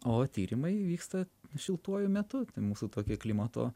o tyrimai vyksta šiltuoju metu tai mūsų tokia klimato